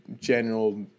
general